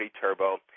Turbo